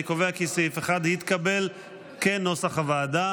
אני קובע כי סעיף 1, כנוסח הוועדה,